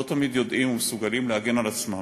הם לא תמיד יודעים ומסוגלים להגן על עצמם.